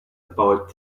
about